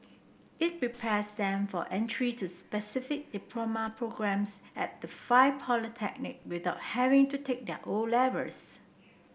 it prepares them for entry to specific diploma programmes at the five polytechnic without having to take their O levels